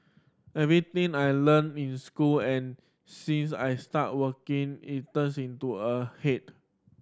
everything I learnt in school and since I started working is turning into a head